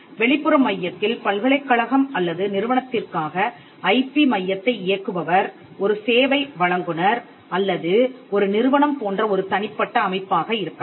வெளிப்புற மையத்தில் பல்கலைக்கழகம் அல்லது நிறுவனத்திற்காக ஐபி மையத்தை இயக்குபவர் ஒரு சேவை வழங்குனர் அல்லது ஒரு நிறுவனம் போன்ற ஒரு தனிப்பட்ட அமைப்பாக இருக்கலாம்